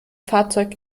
fahrzeug